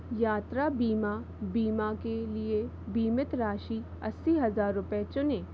यात्रा बीमा बीमा के लिए बीमित राशि अस्सी हज़ार रुपये चुनें